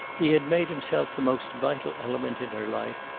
he had made himself the most vital element in her life,